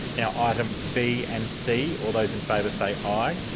now, items b and c all those in favour say aye.